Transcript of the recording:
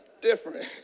different